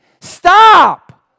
Stop